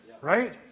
Right